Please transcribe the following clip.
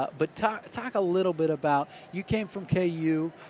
but talk talk a little bit about you came from k u,